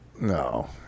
No